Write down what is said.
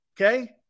okay